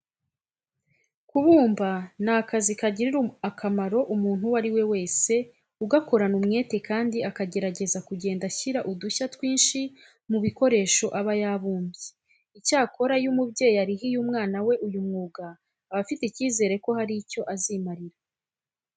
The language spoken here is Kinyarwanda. Kubumba ni akazi kagirira akamaro umuntu uwo ari we wese ugakorana umwete kandi akagerageza kugenda ashyira udushya twinshi mu bikoresho aba yabumbye. Icyakora iyo umubyeyi arihiye umwana we uyu mwuga, aba afite icyizere ko hari icyo azimarira.